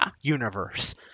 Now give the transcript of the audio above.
universe